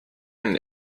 ein